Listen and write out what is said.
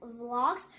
vlogs